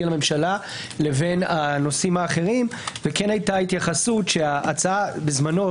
לממשלה לבין הנושאים האחרים וכן הייתה התייחסות שההצעה בזמנו,